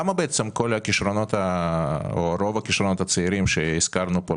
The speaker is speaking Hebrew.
למה בעצם רוב הכישרונות הצעירים שהזכרנו פה,